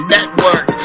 Network